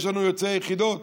יש לנו יוצאי יחידות,